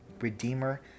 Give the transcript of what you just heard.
redeemer